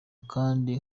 kandi